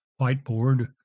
whiteboard